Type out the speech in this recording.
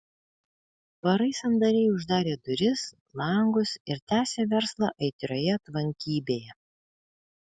barai sandariai uždarė duris langus ir tęsė verslą aitrioje tvankybėje